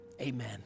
Amen